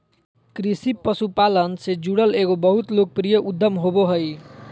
कृषि पशुपालन से जुड़ल एगो बहुत लोकप्रिय उद्यम होबो हइ